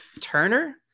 Turner